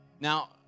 Now